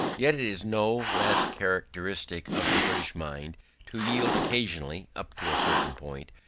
yet it is no less characteristic of the british mind to yield occasionally, up to a certain point,